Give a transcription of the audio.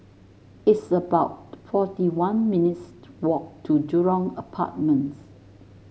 it's about forty one minutes' walk to Jurong Apartments